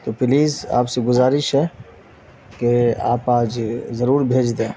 تو پلیز آپ سے گزارش ہے کہ آپ آج ضرور بھیج دیں